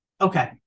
Okay